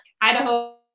Idaho